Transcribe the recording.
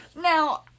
Now